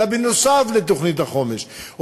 אלא נוסף על תוכנית החומש,